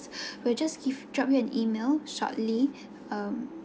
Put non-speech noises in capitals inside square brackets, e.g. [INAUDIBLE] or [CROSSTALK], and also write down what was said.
[BREATH] we'll just give drop you an email shortly um